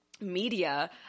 media